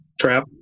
trap